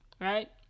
Right